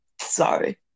Sorry